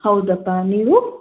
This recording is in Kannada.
ಹೌದಪ್ಪ ನೀವು